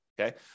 Okay